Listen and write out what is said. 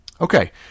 Okay